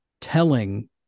telling